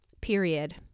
period